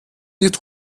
nicht